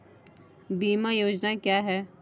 बीमा योजना क्या है?